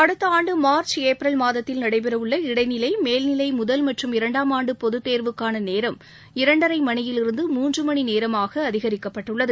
அடுத்த ஆண்டு March April மாதத்தில் நடைபெற உள்ள இடைநிலை மேல்நிலை முதல் மற்றும் இரண்டாம் ஆண்டு பொதத்தேர்வுக்னன நேரம் இரண்டரை மனியிலிருந்து மூன்று மணி நேரமாக அதிகரிக்கப்பட்டுள்ளது